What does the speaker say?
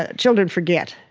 ah children forget.